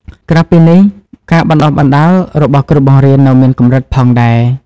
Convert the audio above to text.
ក្រៅពីនេះ ការបណ្តុះបណ្តាលរបស់គ្រូបង្រៀននៅមានកម្រិតផងដែរ។